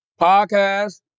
Podcast